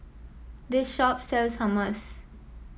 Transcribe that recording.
this shop sells Hummus